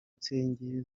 ibisenge